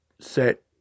set